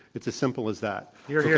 it's as simple as that. here, here.